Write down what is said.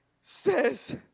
says